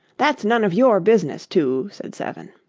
that's none of your business, two said seven.